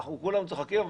אנחנו כולנו צוחקים,